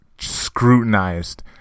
scrutinized